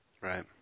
Right